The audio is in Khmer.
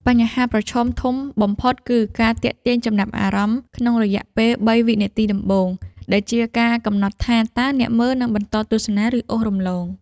បញ្ហាប្រឈមធំបំផុតគឺ ការទាក់ទាញចំណាប់អារម្មណ៍ក្នុងរយៈពេល ៣ វិនាទីដំបូង ដែលជាការកំណត់ថាតើអ្នកមើលនឹងបន្តទស្សនា ឬអូសរំលង។